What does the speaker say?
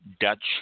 Dutch